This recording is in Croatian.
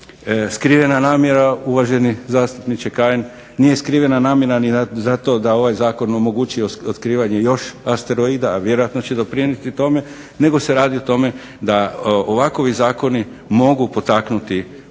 skrivena namjera uvaženi zastupniče Kajin, nije skrivena namjera ni zato da ovaj zakon omogući otkrivanje još asteroida, a vjerojatno će doprinijeti tome, nego se radi o tome da ovakovi zakoni mogu potaknuti